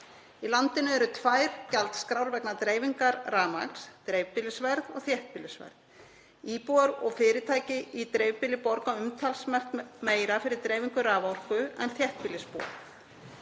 Í landinu eru tvær gjaldskrár vegna dreifingar rafmagns; dreifbýlisverð og þéttbýlisverð. Íbúar og fyrirtæki í dreifbýli borga umtalsvert meira fyrir dreifingu raforku en þéttbýlisbúar.